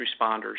responders